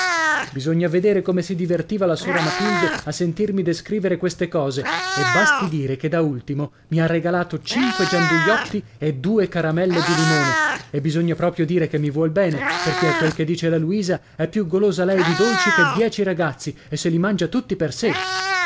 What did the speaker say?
bisognava vedere come si divertiva la sora matilde a sentirmi descrivere queste cose e basti dire che da ultimo mi ha regalato cinque gianduiotti e due caramelle di limone e bisogna proprio dire che mi vuol bene perché a quel che dice la luisa è più golosa lei di dolci che dieci ragazzi e se li mangia tutti per sé